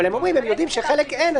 אבל הם יודעים שלחלק אין,